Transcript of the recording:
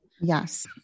Yes